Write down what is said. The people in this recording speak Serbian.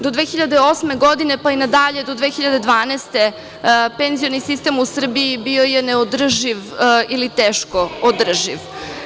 Do 2008, pa i na dalje do 2012. godine, penzioni sistem u Srbiji bio je neodrživ ili teško održiv.